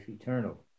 eternal